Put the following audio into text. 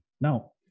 Now